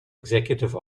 executive